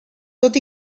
tot